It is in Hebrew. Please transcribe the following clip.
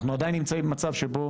אנחנו עדיין נמצאים במצב שבו